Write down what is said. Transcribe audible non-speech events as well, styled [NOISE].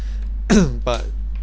[COUGHS] but